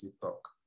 talk